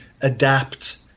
adapt